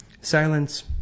Silence